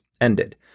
ended